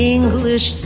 English